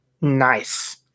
Nice